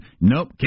Nope